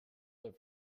their